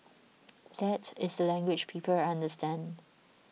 that is the language people understand